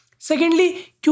Secondly